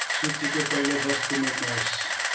सूचीको पहिलो वस्तु मेट्नुहोस्